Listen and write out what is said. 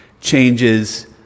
changes